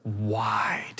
wide